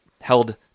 held